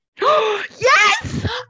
yes